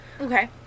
Okay